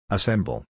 Assemble